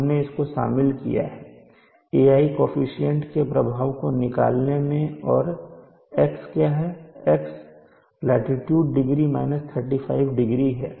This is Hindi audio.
हमने इसको शामिल किया है Ai काफीसीएंट के प्रभाव को निकालने में और x क्या है x लाटीट्यूड डिग्री 35 डिग्री है